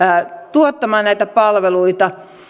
tuottamaan näitä palveluita